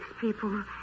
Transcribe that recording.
people